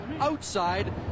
outside